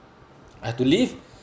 I had to leave